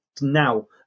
now